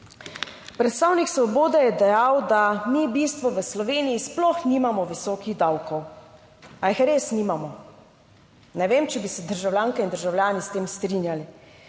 Predstavnik Svobode je dejal, da mi v bistvu v Sloveniji sploh nimamo visokih davkov. A jih res nimamo? Ne vem, če bi se državljanke in državljani s tem strinjali.